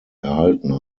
erhalten